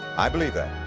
i believe that.